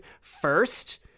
first